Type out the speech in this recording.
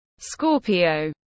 Scorpio